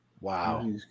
Wow